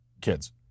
kids